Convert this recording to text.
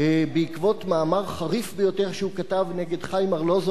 בעקבות מאמר חריף ביותר שהוא כתב נגד חיים ארלוזורוב,